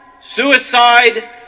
suicide